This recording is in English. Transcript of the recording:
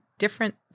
Different